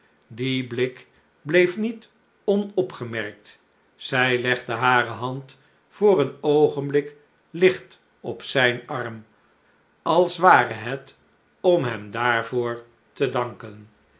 die blik bleef niet onopgemerkt zij legde hare hand voor een oogenblik licht op zijn arm als ware het om hem daarvoor te danken